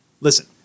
Listen